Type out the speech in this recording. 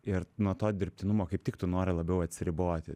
ir nuo to dirbtinumo kaip tik tu nori labiau atsiriboti